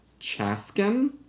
Chaskin